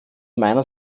meiner